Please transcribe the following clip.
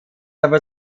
aber